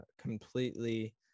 completely